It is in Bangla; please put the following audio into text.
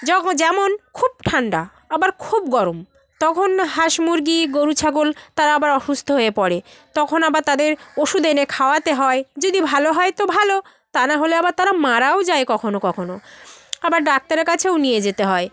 যখন যেমন খুব ঠান্ডা আবার খুব গরম তখন হাঁস মুরগি গোরু ছাগল তারা আবার অসুস্থ হয়ে পড়ে তখন আবার তাদের ওষুধ এনে খাওয়াতে হয় যদি ভালো হয় তো ভালো তা নাহলে আবার তারা মারাও যায় কখনো কখনো আবার ডাক্তারে কাছেও নিয়ে যেতে হয়